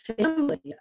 family